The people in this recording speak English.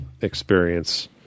experience